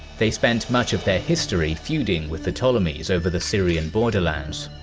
they spent much of their history feuding with the ptolemies over the syrian borderlands.